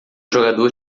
jogador